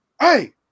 hey